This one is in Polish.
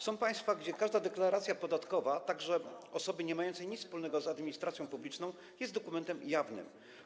Są państwa, gdzie każda deklaracja podatkowa, także osoby niemającej nic wspólnego z administracją publiczną, jest dokumentem jawnym.